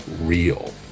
real